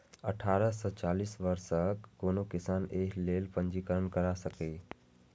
अठारह सं चालीस वर्षक कोनो किसान एहि लेल पंजीकरण करा सकैए